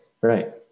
right